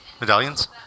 Medallions